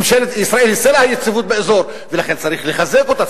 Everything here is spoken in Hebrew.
ממשלת ישראל היא סלע היציבות באזור ולכן צריך לחזק אותה,